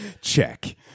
Check